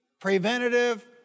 preventative